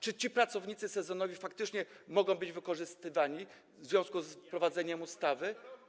Czy ci pracownicy sezonowi faktycznie mogą być wykorzystywani w związku z wprowadzeniem ustawy?